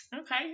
Okay